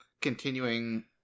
continuing